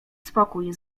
spokój